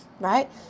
right